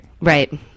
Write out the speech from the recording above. Right